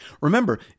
Remember